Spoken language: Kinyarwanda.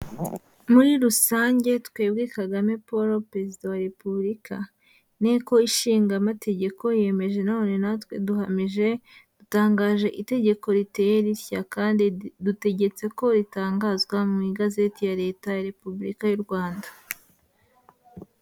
Muri rusange twebwe Kagame Paul perezida wa Repubulika, inteko ishinga amategeko yemeje none natwe duhamije dutangaje itegeko riteye rishya kandi dutegetse ko ritangazwa mu igazeti ya leta ya Repubulika y'u Rwanda.